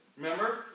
Remember